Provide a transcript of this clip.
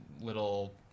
little